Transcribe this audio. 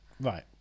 Right